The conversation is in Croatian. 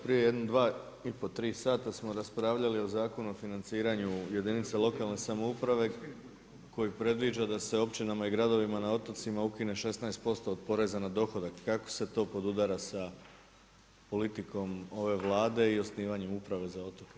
Prije jedno dva i pol, tri sata smo raspravljali o Zakonu o financiranju jedinice lokalne samouprave koji predviđa da se općinama i gradovima na otocima ukine 16% od poreza na dohodak kako se to podudara sa politikom ove Vlade i osnivanjem Uprave za otoke.